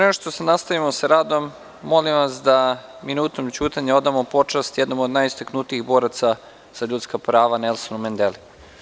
Pre nego što nastavimo sa radom, molim vas da minutom ćutanja odamo počast jednom od najistaknutijih boraca za ljudska prava, Nelsonu Mendeli.